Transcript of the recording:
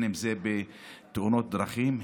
אם זה תאונות דרכים,